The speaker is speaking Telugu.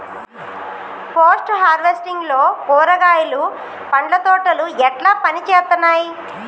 పోస్ట్ హార్వెస్టింగ్ లో కూరగాయలు పండ్ల తోటలు ఎట్లా పనిచేత్తనయ్?